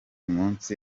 munsi